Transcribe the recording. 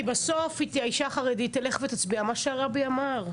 כי בסוף האישה החרדית תלך ותצביע מה שהרבי אמר.